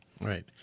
Right